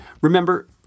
Remember